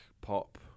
pop